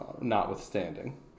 notwithstanding